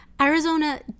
Arizona